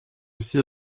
aussi